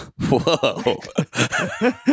Whoa